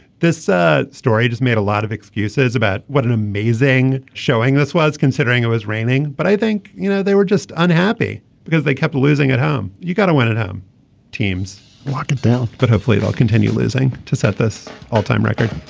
this ah story just made a lot of excuses about what an amazing showing this was considering it was raining. but i think you know they were just unhappy because they kept losing at home. you got to win at home teams lock it down but hopefully they'll continue losing to set this all time record.